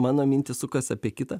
mano mintys sukas apie kitą